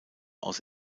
aus